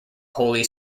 holy